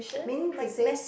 meaning to say